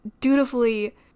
dutifully